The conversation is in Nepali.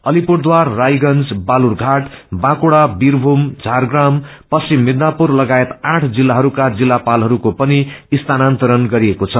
अलिपुरद्वार रायगंज बालुरघाट बांकुझा बीरघूम झारप्राम पश्चिम मिदनापुर सगायत आठ जिल्लाहरूका जिल्लापालहरूको पनि स्थानान्तरण गरिएको छ